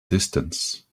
distance